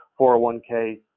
401k